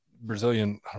Brazilian